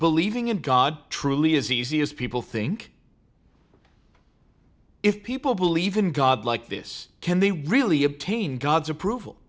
believing in god truly as easy as people think if people believe in god like this can they really obtain god's approval